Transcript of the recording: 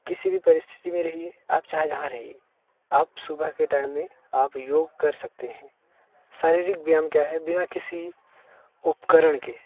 किसी भी परिस्थिति में रहें आप चाहे जहाँ रहें आप सुबह के टाइम में आप योग कर सकते हैं शारीरिक व्यायाम क्या है बिना किसी उपकरण के